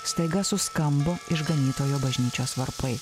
staiga suskambo išganytojo bažnyčios varpai